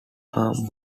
harm